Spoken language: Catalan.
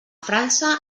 frança